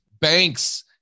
banks